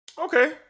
Okay